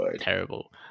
terrible